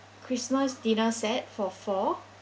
christmas dinner set for four